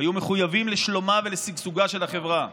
והיו מחויבים לשלומה ולשגשוגה של החברה.